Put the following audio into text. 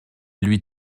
lui